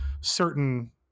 certain